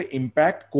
impact